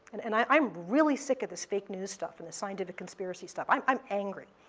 and and i'm really sick of this fake news stuff and the scientific conspiracy stuff. i'm i'm angry,